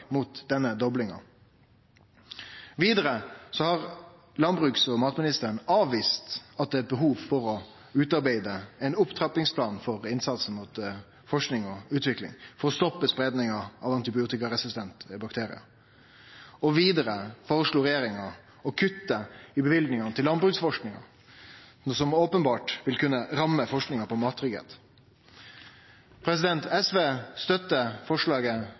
mot denne doblinga. Vidare har landbruks- og matministeren avvist at det er behov for å utarbeide ein opptrappingsplan for innsatsen i forsking og utvikling for å stoppe spreiinga av antibiotikaresistente bakteriar. Regjeringa føreslo også å kutte i løyvingane til landbruksforskinga, noko som openbert vil kunne ramme forskinga når det gjeld mattryggleik. SV støttar forslaget